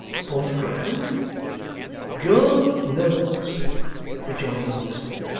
above ground god knows rejoined the locksmith,